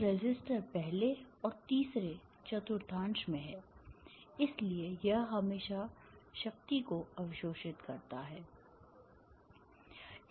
तो रेसिस्टर पहले और तीसरे चतुर्थांश में है इसलिए यह हमेशा शक्ति को अवशोषित करता है